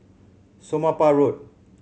Somapah Road